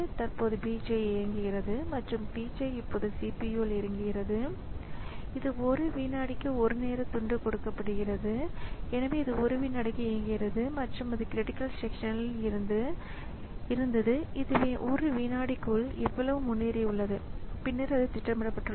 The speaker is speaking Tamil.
இப்போது கணினி இதுபோன்று வடிவமைக்கப்பட்டிருந்தால் பயனாளர் சில விசையை அழுத்தியுள்ளாரா இல்லையா என்பதை ப்ராஸஸர் சரிபார்க்கும் அது காத்திருக்கிறதென்றால் அதை கையாள்வது சிரமம் ஏனெனில் பயனாளரின் ப்ராஸஸர் நீண்ட நேரம் தேவையின்றி காத்திருக்கிறது